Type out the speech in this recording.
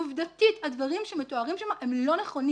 עובדתית הדברים שמתוארים שם הם לא נכונים